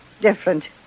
different